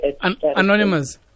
anonymous